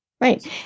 right